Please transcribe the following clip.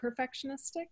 perfectionistic